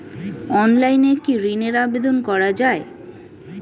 অনলাইনে কি ঋনের আবেদন করা যায়?